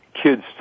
Kids